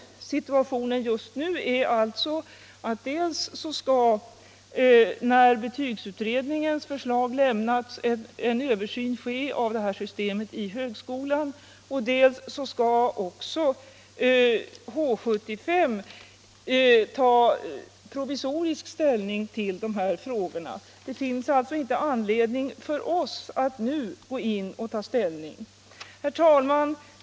Situationen just nu är alltså dels att en översyn av det här systemet i högskolan skall göras när betygsutredningens förslag lämnats, dels att H 75 provisoriskt skall ta ställning till dessa frågor. Det finns alltså ingen anledning för oss att nu gå in och ta ställning. Herr talman!